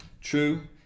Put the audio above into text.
True